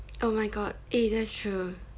oh my god eh that's true